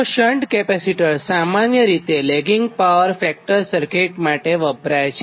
તો shunt capacitor સામાન્ય રીતે લેગીંગ પાવર ફેક્ટર સર્કિટ માટે વપરાય છે